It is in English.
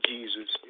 Jesus